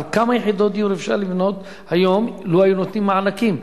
כמה יחידות דיור אפשר לבנות היום לו היו נותנים מענקים.